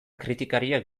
kritikariek